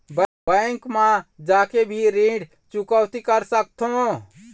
Bank मा जाके भी ऋण चुकौती कर सकथों?